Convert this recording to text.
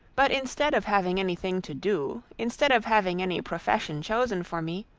but instead of having any thing to do, instead of having any profession chosen for me,